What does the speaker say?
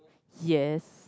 yes